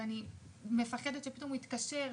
מפחדת שהוא יתקשר פתאום,